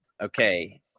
Okay